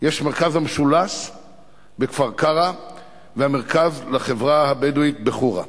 יש את מרכז המשולש בכפר-קרע והמרכז לחברה בדואית בחורה.